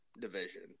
division